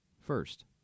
first